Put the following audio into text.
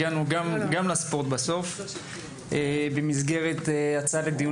בסוף הגענו גם לספורט במסגרת הצעה לדיון